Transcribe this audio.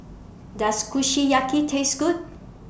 Does Kushiyaki Taste Good